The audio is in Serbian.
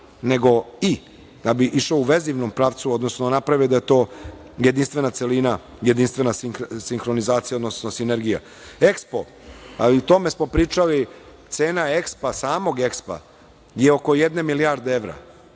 nego „i“ da bih išao u vezivnom pravcu, odnosno napravio da je to jedinstvena celina, jedinstvena sinhronizacija, odnosno sinergija. EKSPO, i o tome smo pričali, cena EKSPO-a, samog EKSPO -a je oko jedne milijarde evra.